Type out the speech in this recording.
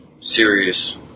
serious